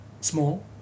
Small